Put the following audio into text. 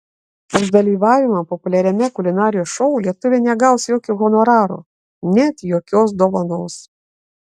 už dalyvavimą populiariame kulinarijos šou lietuvė negaus jokio honoraro net jokios dovanos